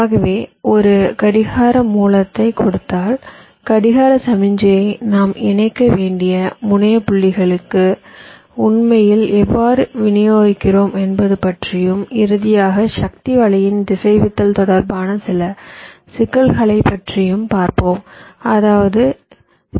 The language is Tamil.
ஆகவே ஒரு கடிகார மூலத்தைக் கொடுத்தால் கடிகார சமிக்ஞையை நாம் இணைக்க வேண்டிய முனைய புள்ளிகளுக்கு உண்மையில் எவ்வாறு விநியோகிக்கிறோம் என்பது பற்றியும் இறுதியாக சக்தி வலையின் திசைவித்தல் தொடர்பான சில சிக்கல்களைப் பற்றியும் பார்ப்போம் அதாவது வி